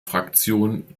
fraktion